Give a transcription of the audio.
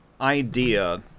idea